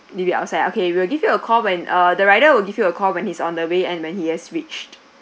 maybe outside ah okay we will give you a call when uh the rider will give you a call when he's on the way and when he has reached